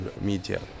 media